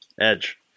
Edge